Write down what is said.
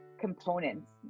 components